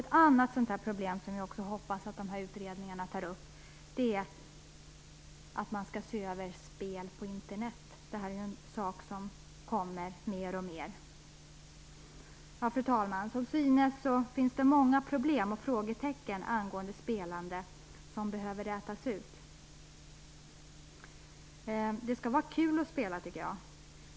Ett annat problem som jag hoppas att utredningarna tar upp är att spel på internet måste ses över. Det är något som kommer mer och mer. Fru talman! Som synes finns det många problem. Det finns frågetecken angående spelandet som behöver rätas ut. Det skall vara kul att spela, tycker jag.